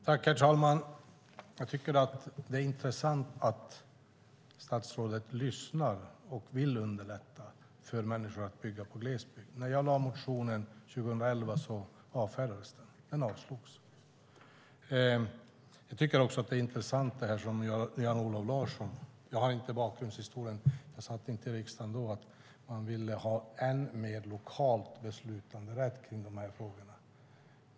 Herr talman! Jag tycker att det är intressant att statsrådet lyssnar och vill underlätta för människor att bygga i glesbygden. När jag väckte motionen 2011 avfärdades den. Den avslogs. Jag tycker också att det som Jan-Olof Larsson sade är intressant. Jag har inte bakgrundshistorien. Jag satt inte i riksdagen då. Han sade att man ville ha en än mer lokal beslutanderätt i de här frågorna.